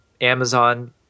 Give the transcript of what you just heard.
Amazon